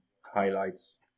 highlights